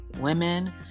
women